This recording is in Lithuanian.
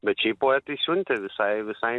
bet šiaip poetai siuntė visai visai